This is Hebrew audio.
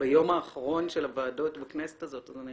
ביום האחרון של הוועדות בכנסת זו אז אני